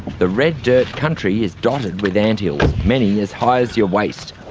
the red-dirt country is dotted with anthills, many as high as your waist.